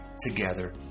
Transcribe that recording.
together